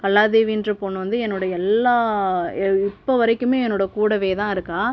கலாதேவின்ற பொண்ணு வந்து என்னுடைய எல்லா எ இப்போ வரைக்கும் என்னோடு கூடவே தான் இருக்காள்